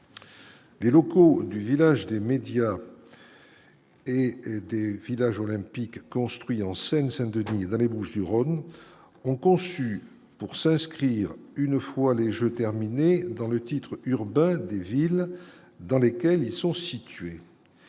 Les locaux du village des médias. Et des villages olympique construit en Seine-Saint-Denis, dans les Bouches-du-Rhône ont conçue pour s'inscrire une fois les Jeux terminés dans le titre urbain des villes dans lesquelles ils sont situés,